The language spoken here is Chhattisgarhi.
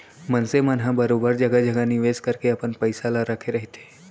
मनसे मन ह बरोबर जघा जघा निवेस करके अपन पइसा ल रखे रहिथे